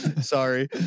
sorry